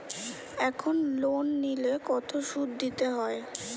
এখন লোন নিলে কত সুদ দিতে হয়?